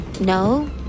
no